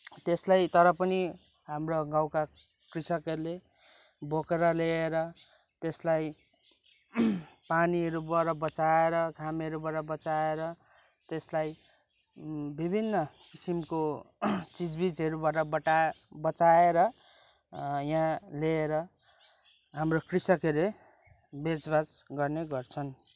त्यसलाई तर पनि हाम्रो गाउँका कृषकहरूले बोकेर ल्याएर त्यसलाई पानीहरूबाट बचाएर घामहरूबाट बचाएर त्यसलाई विभिन्न किसिमको चिजबिजहरूबाट बटा बचाएर यहाँ ल्याएर हाम्रो कृषकहरूले बेचबाच गर्ने गर्छन्